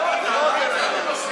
יש פיל בחדר.